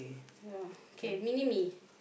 ya okay mini-me